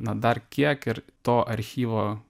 na dar kiek ir to archyvo